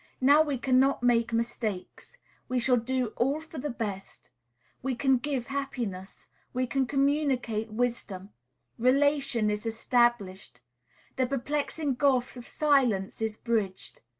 now we cannot make mistakes we shall do all for the best we can give happiness we can communicate wisdom relation is established the perplexing gulf of silence is bridged.